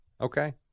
Okay